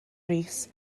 rees